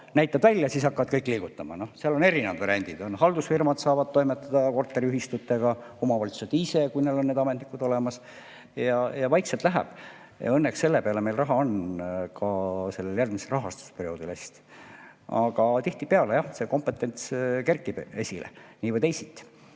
näitad välja, siis hakkavad kõik liigutama. Seal on erinevad variandid: haldusfirmad saavad toimetada korteriühistutega, omavalitsused ise, kui neil on ametnikud olemas. Ja vaikselt see läheb. Õnneks selleks on meil raha ka järgmisel rahastusperioodil. Aga tihtipeale, jah, kompetents kerkib esile. Nii või teisiti.